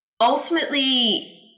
ultimately